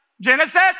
Genesis